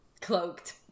cloaked